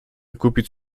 kupić